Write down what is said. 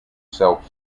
self